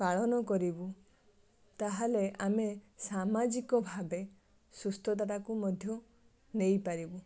ପାଳନ କରିବୁ ତା'ହେଲେ ଆମେ ସାମାଜିକ ଭାବେ ସୁସ୍ଥତାଟାକୁ ମଧ୍ୟ ନେଇପାରିବୁ